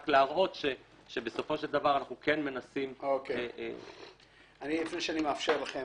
רק להראות שבסופו של דבר אנחנו כן מנסים --- לפני שאני מאפשר לכם,